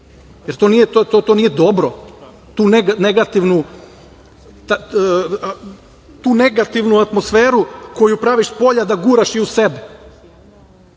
jer to nije dobro tu negativnu atmosferu koju praviš spolja da guraš i u